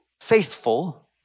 faithful